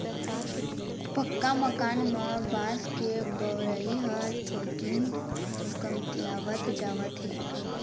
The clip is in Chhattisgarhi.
पक्का मकान म बांस के बउरई ह थोकिन कमतीयावत जावत हे